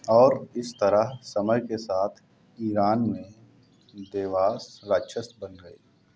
और इस तरह समय के साथ ईरान में देवास राक्षस बन गए